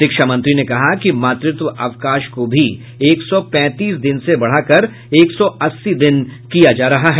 शिक्षा मंत्री ने कहा कि मातृत्व अवकाश को भी एक सौ पैंतीस दिन से बढ़ाकर एक सौ अस्सी दिन किया जा रह है